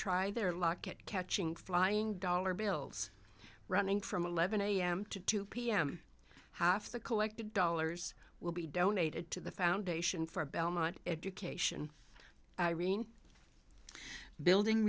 try their luck at catching flying dollar bills running from eleven am to two pm half the collected dollars will be donated to the foundation for belmont education irene building